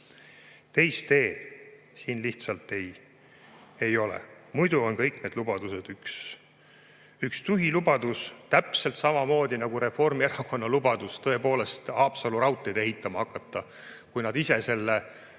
Teist teed siin lihtsalt ei ole. Muidu on kõik need lubadused üks tühi lubadus, täpselt samamoodi nagu Reformierakonna lubadus Haapsalu raudteed ehitama hakata, kui nad ise on selle